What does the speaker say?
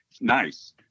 Nice